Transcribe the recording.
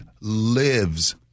lives